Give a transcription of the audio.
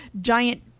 giant